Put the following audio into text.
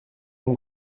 mon